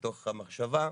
בתוך המחשבה.